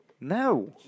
No